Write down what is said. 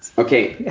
okay.